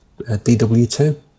DW2